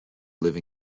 live